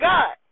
God